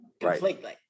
completely